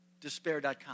despair.com